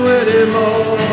anymore